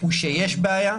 זה שיש בעיה.